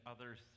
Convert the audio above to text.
others